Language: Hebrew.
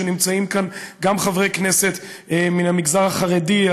שנמצאים כאן גם חברי כנסת מן המגזר החרדי,